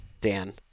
Dan